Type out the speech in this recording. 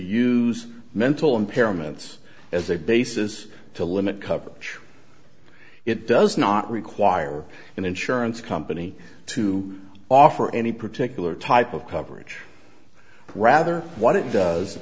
use mental impairments as a basis to limit coverage it does not require an insurance company to offer any particular type of coverage rather what it does